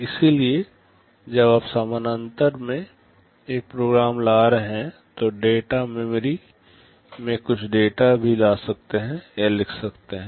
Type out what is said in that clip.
इसलिए जब आप समानांतर में एक प्रोग्राम ला रहे हैं तो आप डेटा मेमोरी में कुछ डेटा भी ला सकते हैं या लिख सकते हैं